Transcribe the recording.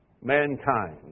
mankind